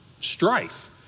strife